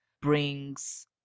brings